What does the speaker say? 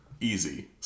Easy